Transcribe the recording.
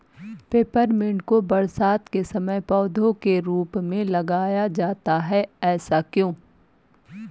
Peppermint को बरसात के समय पौधे के रूप में लगाया जाता है ऐसा क्यो?